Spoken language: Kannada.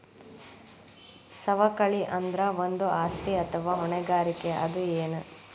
ಸವಕಳಿ ಅಂದ್ರ ಒಂದು ಆಸ್ತಿ ಅಥವಾ ಹೊಣೆಗಾರಿಕೆ ಅದ ಎನು?